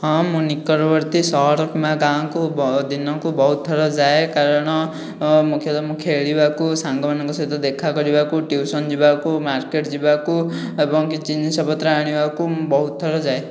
ହଁ ମୁଁ ନିକଟବର୍ତ୍ତୀ ସହର କିମ୍ବା ଗାଁକୁ ଦିନକୁ ବହୁତଥର ଯାଏ କାରଣ ମୁଖ୍ୟତଃ ମୁଁ ଖେଳିବାକୁ ସାଙ୍ଗମାନଙ୍କ ସହିତ ଦେଖା କରିବାକୁ ଟ୍ୟୁସନ ଯିବାକୁ ମାର୍କେଟ ଯିବାକୁ ଏବଂ କିଛି ଜିନିଷପତ୍ର ଆଣିବାକୁ ମୁଁ ବହୁତ ଥର ଯାଏ